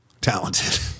talented